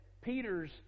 Peter's